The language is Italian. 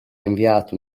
inviata